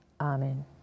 amen